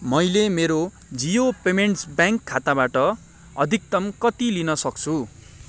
मैले मेरो Jio payments bank खाताबाट अधिकतम कति लिनसक्छु